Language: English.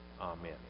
Amen